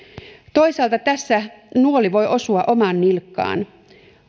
toisaalta tässä nuoli voi osua omaan nilkkaan